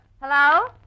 Hello